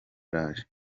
araje